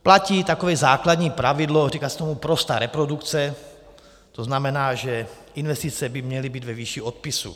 Platí takové základní pravidlo, říká se tomu prostá reprodukce, to znamená, že investice by měly být ve výši odpisů.